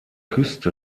küste